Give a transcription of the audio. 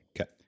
Okay